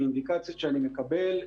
מאינדיקציות שאני מקבל,